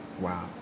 Wow